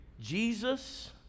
Jesus